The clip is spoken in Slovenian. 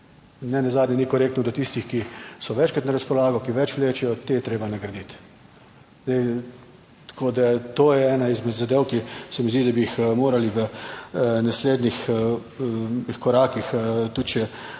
(Nadaljevanje) do tistih, ki so večkrat na razpolago, ki več vlečejo, te je treba nagraditi. Tako da to je ena izmed zadev, ki se mi zdi, da bi jih morali v naslednjih korakih tudi še